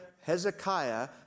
Hezekiah